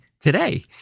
today